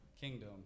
kingdom